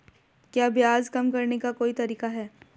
क्या ब्याज कम करने का कोई तरीका है?